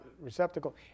receptacle